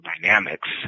dynamics